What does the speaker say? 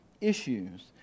issues